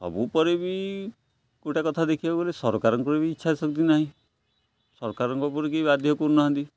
ସବୁପରେ ବି ଗୋଟେ କଥା ଦେଖିବାକୁ ଗଲେ ସରକାରଙ୍କର ବି ଇଚ୍ଛା ଶକ୍ତି ନାହିଁ ସରକାରଙ୍କ ଉପରେ କି ବାଧ୍ୟ କରୁନାହାନ୍ତି